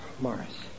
Morris